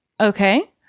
Okay